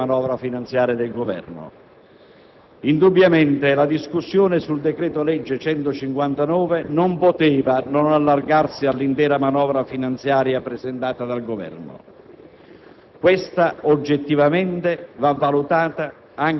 complesso, ma che è parte corposa dell'intera manovra finanziaria del Governo. Indubbiamente, la discussione sul decreto-legge n. 159 non poteva non allargarsi all'intera manovra finanziaria presentata dal Governo;